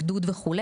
גדוד וכו',